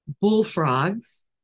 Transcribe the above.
bullfrogs